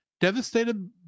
Devastated